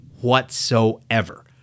whatsoever